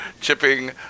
chipping